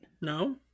No